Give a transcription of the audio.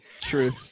true